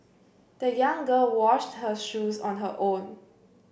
the young girl washed her shoes on her own